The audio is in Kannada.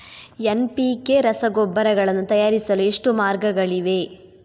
ಎನ್.ಪಿ.ಕೆ ರಸಗೊಬ್ಬರಗಳನ್ನು ತಯಾರಿಸಲು ಎಷ್ಟು ಮಾರ್ಗಗಳಿವೆ?